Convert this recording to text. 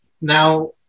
now